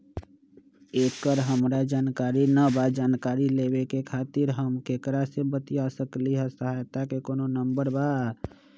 एकर हमरा जानकारी न बा जानकारी लेवे के खातिर हम केकरा से बातिया सकली ह सहायता के कोनो नंबर बा?